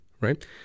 right